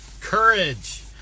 courage